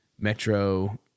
Metro